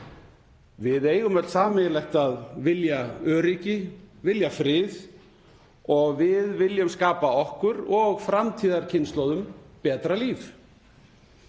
Við eigum öll sameiginlegt að vilja öryggi, vilja frið og við viljum skapa okkur og framtíðarkynslóðum betra líf.